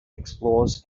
explores